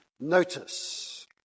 notice